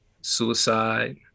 suicide